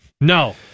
No